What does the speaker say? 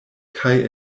kaj